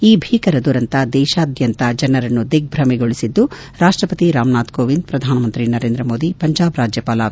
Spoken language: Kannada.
ಈ ಭೀಕರ ದುರಂತ ದೇಶಾದ್ಯಂತ ಜನರನ್ನು ದಿಗ್ಬಮೆಗೊಳಿಸಿದ್ದು ರಾಷ್ಟಪತಿ ರಾಮನಾಥ್ ಕೋವಿಂದ್ ಪ್ರಧಾನಮಂತ್ರಿ ನರೇಂದ್ರ ಮೋದಿ ಪಂಜಾಬ್ ರಾಜ್ಯಪಾಲ ವಿ